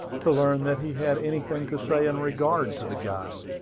to learn that he had anything to say in regard to the guide.